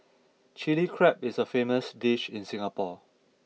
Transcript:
Chilli Crab is a famous dish in Singapore